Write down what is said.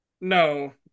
No